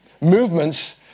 Movements